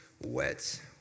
wet